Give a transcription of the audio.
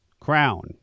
crown